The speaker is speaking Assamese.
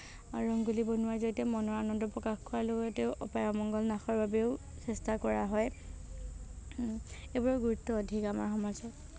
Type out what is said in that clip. ৰংগোলী বনোৱাৰ জৰিয়তে মনৰ আনন্দ প্ৰকাশ কৰাৰ লগতেও অপায় অমংগল নাশৰ বাবেও চেষ্টা কৰা হয় এইবোৰৰ গুৰুত্ব অধিক আমাৰ সমাজত